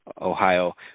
Ohio